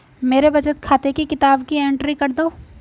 मेरे बचत खाते की किताब की एंट्री कर दो?